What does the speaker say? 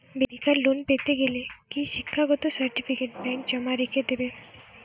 বেকার লোন পেতে গেলে কি শিক্ষাগত সার্টিফিকেট ব্যাঙ্ক জমা রেখে দেবে?